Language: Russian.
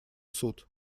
суд